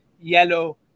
yellow